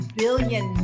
billion